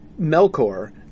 Melkor